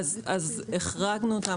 החרגנו אותם,